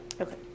Okay